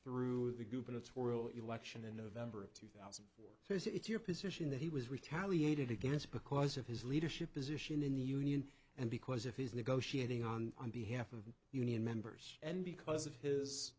through the gubernatorial election in november of two thousand or so is it your position that he was retaliated against because of his leadership position in the union and because of his negotiating on behalf of union members and because of his